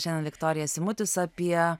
šiandien viktorija simutis apie